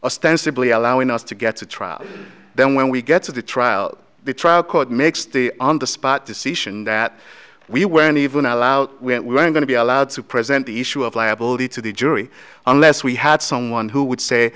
ostensibly allowing us to get to trial then when we get to the trial the trial court makes the on the spot decision that we weren't even allowed we're going to be allowed to present the issue of liability to the jury unless we had someone who would say